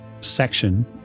section